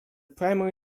primary